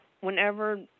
whenever